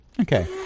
Okay